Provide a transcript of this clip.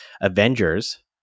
Avengers